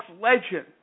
legend